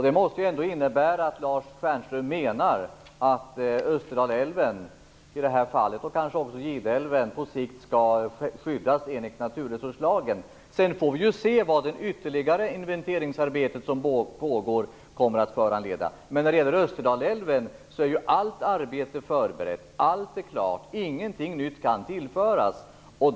Det måste innebära att han menar att Österdalälven, och på sikt kanske också Gideälven, skall skyddas enligt naturresurslagen. Sedan får vi se vad det ytterligare inventeringsarbete som nu pågår kommer att föranleda. När det gäller Österdalälven är allt arbete förberett. Allt är klart. Ingenting nytt kan tillföras.